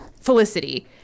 Felicity